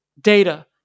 data